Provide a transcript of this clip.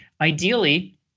ideally